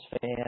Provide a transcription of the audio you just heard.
fan